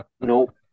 Nope